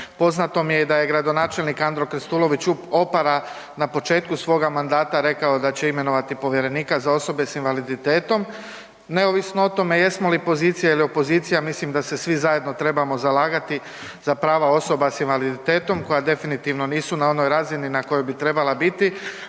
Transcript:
Poznato mi je da je gradonačelnik Andro Krstulović Opara na početku svoga mandata rekao da će imenovati povjerenika za osobe s invaliditetom, neovisno o tome jesmo li pozicija ili opozicija mislim da se svi zajedno trebamo zalagati za prava osoba s invaliditetom koja definitivno nisu na onoj razini na kojoj bi trebala biti.